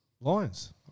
Lions